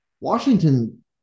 washington